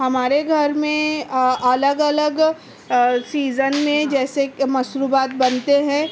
ہمارے گھر میں الگ الگ سیزن میں جیسے مشروبات بنتے ہیں